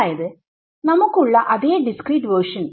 അതായത് നമുക്ക് ഉള്ള അതേ ഡിസ്ക്രീറ്റ് വേർഷൻ